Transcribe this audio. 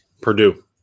Purdue